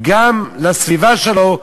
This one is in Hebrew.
גם לסביבה שלו,